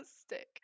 stick